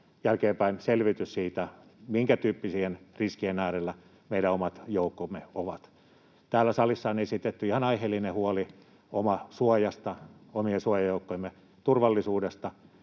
jälkeenpäin selvitys siitä, minkätyyppisten riskien äärellä meidän omat joukkomme ovat. Täällä salissa on esitetty ihan aiheellinen huoli omasuojasta, omien suojajoukkojemme turvallisuudesta,